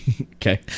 Okay